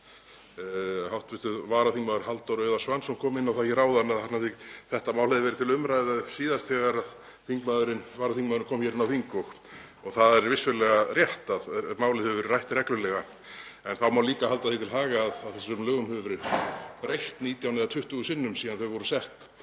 Hv. varaþingmaður, Halldór Auðar Svansson, kom inn á það hér áðan að þetta mál hefði verið til umræðu síðast þegar hann kom hér inn á þing og það er vissulega rétt að málið hefur verið rætt reglulega. En það má líka halda því til haga að þessum lögum hefur verið breytt 19 eða 20 sinnum síðan þau voru sett